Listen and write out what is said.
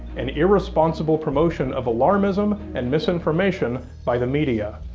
and irresponsible promotion of alarmism and misinformation by the media.